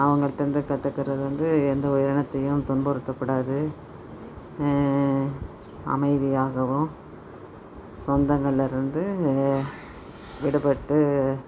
அவங்கள்ட்டேருந்து கற்றுக்கறது வந்து எந்தவொரு இனத்தையும் துன்புறுத்தக்கூடாது அமைதியாகவும் சொந்தங்கள்லேருந்து விடுபட்டு